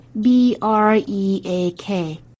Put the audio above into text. B-R-E-A-K